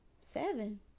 Seven